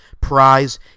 Prize